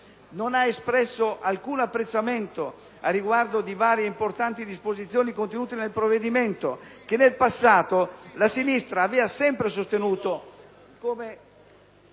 Non ha espresso alcun apprezzamento riguardo a varie importanti disposizioni contenute nel provvedimento, che nel passato la sinistra aveva sempre sostenuto, come